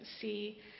See